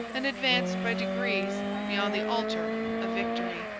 and advanced by degrees beyond the altar of victory.